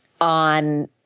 on